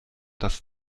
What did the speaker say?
das